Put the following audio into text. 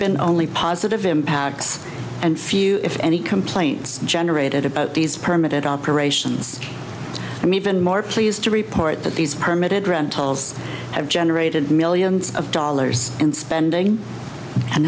been only positive impacts and few if any complaints generated about these permit operations i'm even more pleased to report that these permitted rentals have generated millions of dollars in spending and